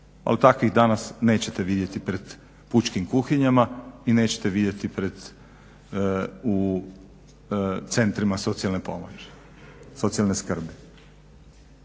ali takvih danas neće vidjeti pred pučkim kuhinjama i neće vidjeti u centrima socijalne skrbi. Ovdje se